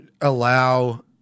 allow